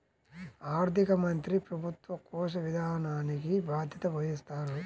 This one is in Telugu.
ఆర్థిక మంత్రి ప్రభుత్వ కోశ విధానానికి బాధ్యత వహిస్తారు